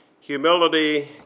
Humility